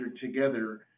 together